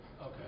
Okay